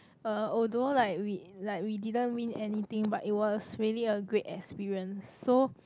uh although like we like we didn't win anything but it was really a great experience so